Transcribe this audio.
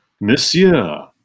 Monsieur